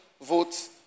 votes